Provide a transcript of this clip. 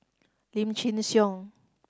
Lim Chin Siong